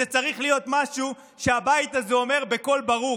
זה צריך להיות משהו שהבית הזה אומר בקול ברור.